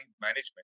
management